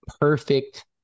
perfect